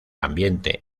ambiente